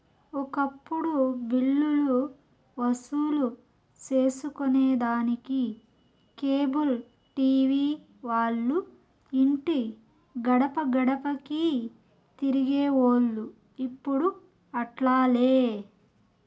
ఒకప్పుడు బిల్లులు వసూలు సేసుకొనేదానికి కేబుల్ టీవీ వాల్లు ఇంటి గడపగడపకీ తిరిగేవోల్లు, ఇప్పుడు అట్లాలే